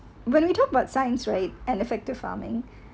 when we talk about science right and effective farming